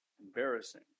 Embarrassing